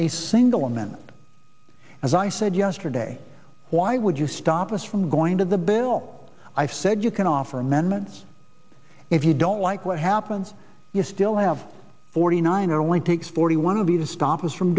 a single amendment as i said yesterday why would you stop us from going to the bill i said you can offer amendments if you don't like what happens you still have forty nine it only takes forty one of the to stop us from